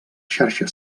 xarxa